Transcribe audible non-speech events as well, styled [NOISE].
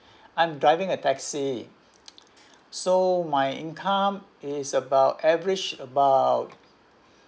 [BREATH] I'm driving a taxi [NOISE] so my income is about average about